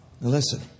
Listen